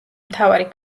მთავარი